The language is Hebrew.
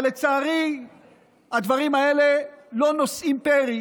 אבל לצערי הדברים האלה לא נושאים פרי,